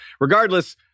Regardless